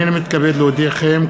הנני מתכבד להודיעכם,